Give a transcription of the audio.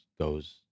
goes